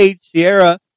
sierra